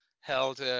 Held